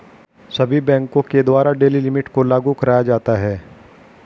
सभी बैंकों के द्वारा डेली लिमिट को लागू कराया जाता है